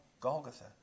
Golgotha